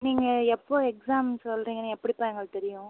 நீங்கள் எப்போ எக்ஸாம் சொல்லுறீங்கன்னு எப்படிப்பா எங்களுக்கு தெரியும்